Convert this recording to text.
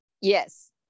Yes